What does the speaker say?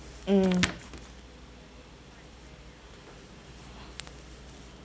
mm